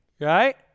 Right